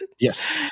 Yes